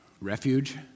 Refuge